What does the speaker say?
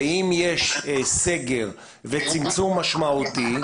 ואם יש סגר וצמצום משמעותי,